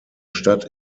stadt